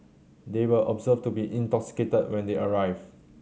they were observed to be intoxicated when they arrived